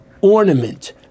ornament